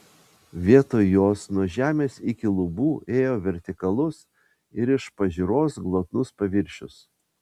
vietoj jos nuo žemės iki lubų ėjo vertikalus ir iš pažiūros glotnus paviršius